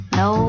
no